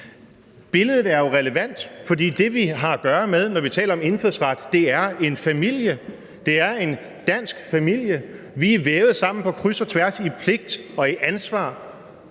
Billedet er jo relevant, for det, vi har at gøre med, når vi taler om indfødsret, er en familie, en dansk familie. Vi er vævet sammen på kryds og tværs i pligt og i ansvar